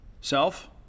self